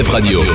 Radio